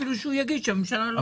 אפילו שהוא יגיד שהממשלה לא דנה.